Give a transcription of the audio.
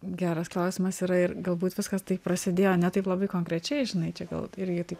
geras klausimas yra ir galbūt viskas taip prasidėjo ne taip labai konkrečiai žinai čia gal irgi taip